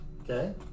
Okay